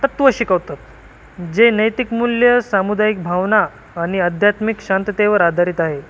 तत्व शिकवतं जे नैतिक मूल्य सामुदायिक भावना आणि आध्यात्मिक शांततेवर आधारित आहे